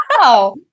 Wow